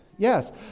Yes